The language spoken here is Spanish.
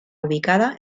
ubicada